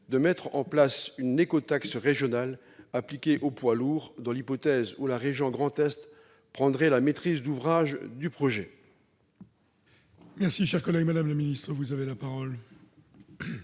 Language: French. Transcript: de mettre en place une écotaxe régionale appliquée aux poids lourds, dans l'hypothèse où la région Grand-Est prendrait la maîtrise d'ouvrage du projet